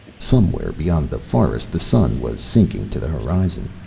somewhere beyond the forest the sun was sinking to the horizon.